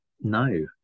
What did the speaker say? No